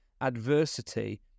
adversity